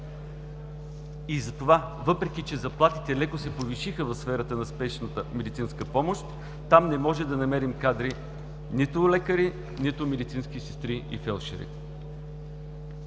Затова, въпреки че заплатите леко се повишиха в сферата на спешната медицинска помощ, там не може да намерим кадри – нито лекари, нито медицински сестри и фелдшери.